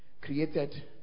created